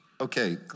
okay